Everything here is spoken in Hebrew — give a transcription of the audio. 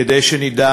כדי שנדע